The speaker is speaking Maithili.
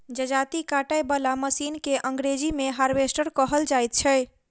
जजाती काटय बला मशीन के अंग्रेजी मे हार्वेस्टर कहल जाइत छै